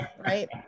right